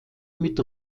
mit